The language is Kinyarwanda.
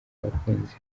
abakunzi